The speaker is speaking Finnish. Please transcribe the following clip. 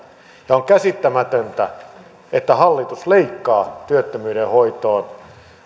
on käsittämätöntä että hallitus leikkaa työttömyyden hoitoon